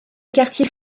quartiers